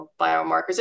biomarkers